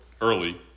early